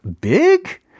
big